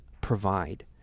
provide